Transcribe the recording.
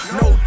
no